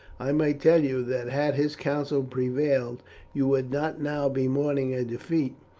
i may tell you that had his counsel prevailed you would not now be mourning a defeat.